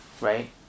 right